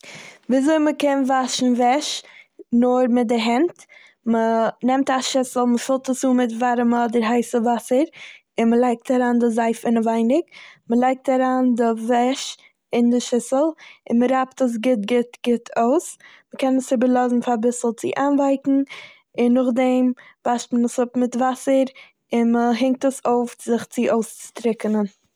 וויזוי מ'קען וואשן וועש נאר מיט די הענט. מ'נעמט א שיסל, מ'פילט עס אן מיט ווארעמע אדער הייסע וואסער, און מ'לייגט אריין די זייף אינעווייניג, מ'לייגט אריין די וועש אין די שיסל, און מ'רייבט עס גוט גוט גוט אויס. מ'קען עס איבערלאזן פאר אביסל צו איינווייקן, און נאכדעם וואשט מען עס אפ מיט וואסער, און מ'הענגט עס אויף זיך צו אויסטריקענען.